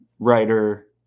Writer